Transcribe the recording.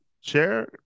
share